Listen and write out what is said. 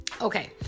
Okay